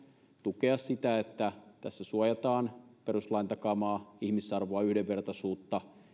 tukea sitä että tässä suojataan perustuslain takaamaa ihmisarvoa yhdenvertaisuutta